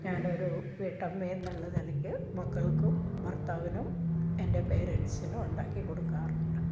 ഞാനൊരു വീട്ടമ്മയെന്നുള്ള നിലക്ക് മക്കള്ക്കും ഭര്ത്താവിനും എന്റെ പേരന്സിനും ഉണ്ടാക്കി കൊടുക്കാറുണ്ട്